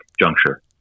juncture